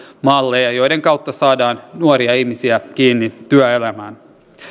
malleja joiden kautta saadaan nuoria ihmisiä kiinni työelämään